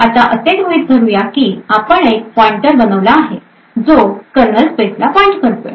आता असे गृहीत धरू या की आपण एक पॉइंटर बनवला आहे जो कर्नल स्पेसला पॉईंट करतो आहे